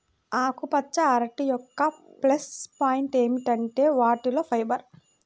ఆకుపచ్చ అరటి యొక్క ప్లస్ పాయింట్ ఏమిటంటే వాటిలో ఫైబర్